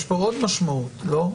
יש פה עוד משמעות, לא?